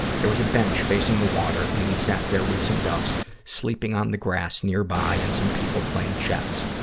there was bench facing the water, and we sat there with some ducks sleeping on the grass nearby and some people playing chess.